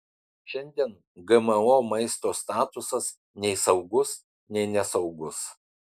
šiandien gmo maisto statusas nei saugus nei nesaugus